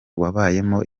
wabayemo